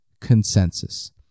consensus